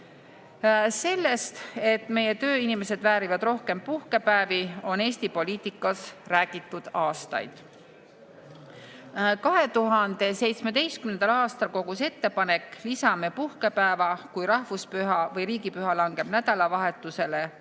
Sellest, et meie tööinimesed väärivad rohkem puhkepäevi, on Eesti poliitikas räägitud aastaid. 2017. aastal kogus ettepanek "Lisame puhkepäeva, kui rahvuspüha või riigipüha langeb nädalavahetusele"